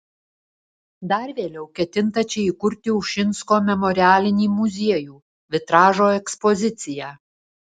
dar vėliau ketinta čia įkurti ušinsko memorialinį muziejų vitražo ekspoziciją